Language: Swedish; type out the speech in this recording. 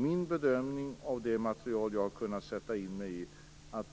Min bedömning av det material som jag har kunnat sätta mig in i är att